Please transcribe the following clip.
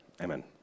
Amen